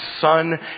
son